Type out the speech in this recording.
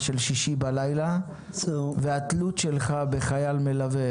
של שישי בלילה והתלות שלך בחייל מלווה,